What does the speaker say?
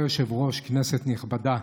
כבוד היושב-ראש, כנסת נכבדה,